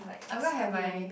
I'm gonna have my